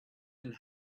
and